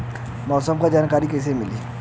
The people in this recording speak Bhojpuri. मौसम के जानकारी कैसे मिली?